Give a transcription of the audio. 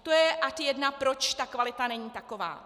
To je ad 1, proč ta kvalita není taková.